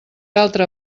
altra